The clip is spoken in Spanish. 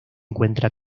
encuentra